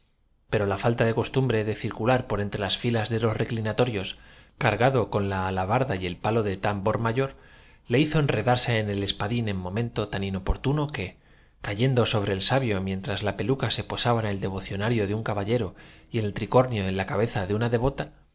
pero la falta de costumbre de circular por en qué duda cabe mira el principal circula casi tre las filas de los reclinatorios cargado con la alabar tangente al aparato da y el palo de tambor mayor le hizo enredarse en el digo turgente y todo y ce eztá uzté con la len espadín en momento tan inoportuno que cayendo gua pegada al paladar sobre el sabio mientras la peluca se posaba en el de no te entiendo vocionario de un caballero y el tricornio en la cabeza ci uzté